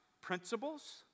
principles